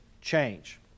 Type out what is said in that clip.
change